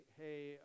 Hey